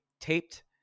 taped